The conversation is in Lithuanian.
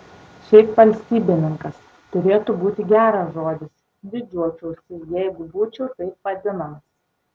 šiaip valstybininkas turėtų būti geras žodis didžiuočiausi jeigu būčiau taip vadinamas